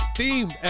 theme